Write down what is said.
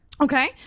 Okay